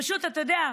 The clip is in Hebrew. פשוט, אתה יודע,